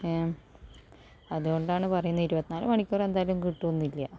അതുകൊണ്ടാണ് പറയുന്നത് ഇരുപത്തി നാല് മണിക്കൂർ എന്തായാലും കിട്ടുകയൊന്നുമില്ല